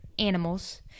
animals